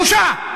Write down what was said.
בושה.